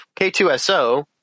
K2SO